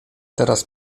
teraz